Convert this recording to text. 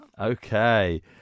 Okay